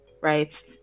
right